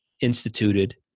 instituted